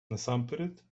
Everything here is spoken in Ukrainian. насамперед